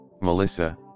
Melissa